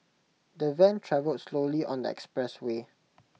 the van travelled slowly on that expressway